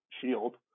shield